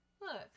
Look